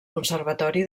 conservatori